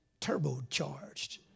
turbocharged